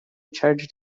charged